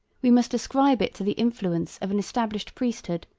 we must ascribe it to the influence of an established priesthood,